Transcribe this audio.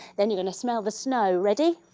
then you're going to smell the snow, ready?